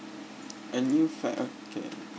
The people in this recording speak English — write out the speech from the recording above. and